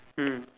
mm